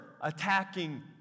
attacking